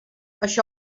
així